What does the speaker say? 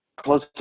close